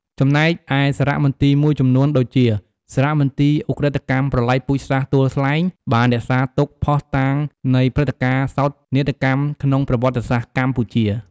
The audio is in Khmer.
ចំណែកឯសារមន្ទីរមួយចំនួនដូចជា សារមន្ទីរឧក្រិដ្ឋកម្មប្រល័យពូជសាសន៍ទួលស្លែង បានរក្សាទុកភស្តុតាងនៃព្រឹត្តិការណ៍សោកនាដកម្មក្នុងប្រវត្តិសាស្ត្រកម្ពុជា។